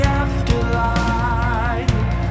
afterlife